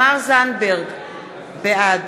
בעד